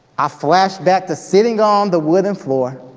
i flashed back to sitting on the wooden floor